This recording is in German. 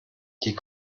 die